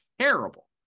terrible